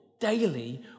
daily